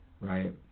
right